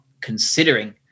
considering